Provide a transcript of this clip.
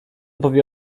powie